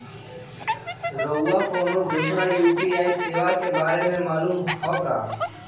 रउरा कोनो दोसर यू.पी.आई सेवा के बारे मे मालुम हए का?